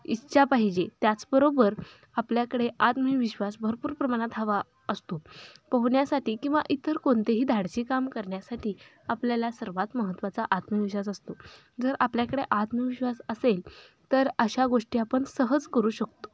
इच्छा पाहिजे त्याचबरोबर आपल्याकडे आत्मविश्वास भरपूर प्रमाणात हवा असतो पोहण्यासाठी किंवा इतर कोणतेही धाडसी काम करण्यासाठी आपल्याला सर्वात महत्वाचा आत्मविश्वास असतो जर आपल्याकडे आत्मविश्वास असेल तर अशा गोष्टी आपण सहज करू शकतो